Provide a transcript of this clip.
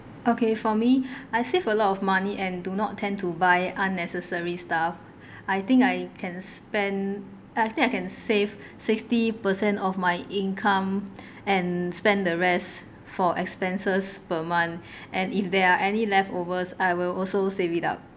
okay for me I save a lot of money and do not tend to buy unnecessary stuff I think I can spend uh I think I can save sixty percent of my income and spend the rest for expenses per month and if there are any leftovers I will also save it up